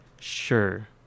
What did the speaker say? sure